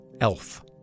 Elf